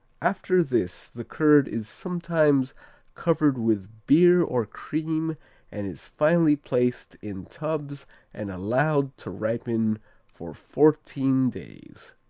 after this the curd is sometimes covered with beer or cream and is finally placed in tubs and allowed to ripen for fourteen days.